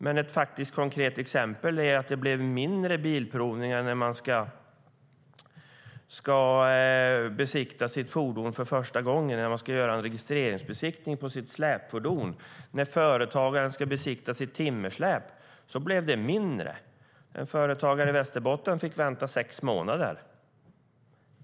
Men ett faktiskt konkret exempel är att det blev färre bilprovningar där man kan besiktiga sitt fordon för första gången, när man ska göra en registreringsbesiktning på sitt släpfordon och när företagaren ska besiktiga sitt timmersläp. Av sådana blev det färre. En företagare i Västerbotten fick vänta i sex månader.